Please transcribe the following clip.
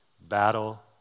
battle